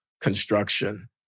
construction